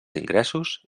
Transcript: ingressos